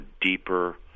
deeper